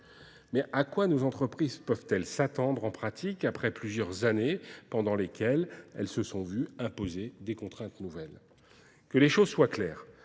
Mais à quoi nos entreprises peuvent-elles s'attendre en pratique après plusieurs années pendant lesquelles elles se sont vues imposer des contraintes nouvelles ? Que les choses soient claires,